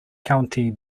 county